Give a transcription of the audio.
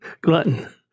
glutton